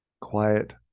quiet